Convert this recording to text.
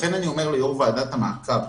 לכן אני אומר ליו"ר ועדת המעקב,